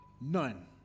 None